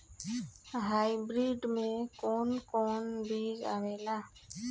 Hybrid में कोवन कोवन बीज आवेला?